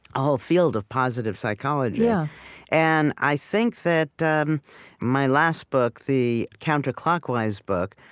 a whole field of positive psychology. yeah and i think that um my last book, the counterclockwise book,